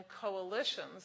coalitions